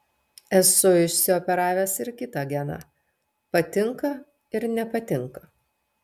esu išsioperavęs ir kitą geną patinka ir nepatinka